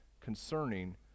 concerning